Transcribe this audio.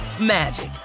magic